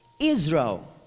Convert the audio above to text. Israel